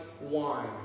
wine